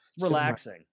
Relaxing